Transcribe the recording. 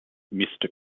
mister